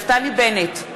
נפתלי בנט,